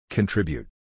Contribute